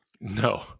No